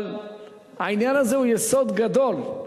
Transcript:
אבל העניין הזה הוא יסוד גדול.